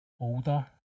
older